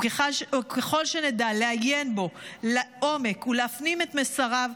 וככל שנדע לעיין בו לעומק ולהפנים את מסריו,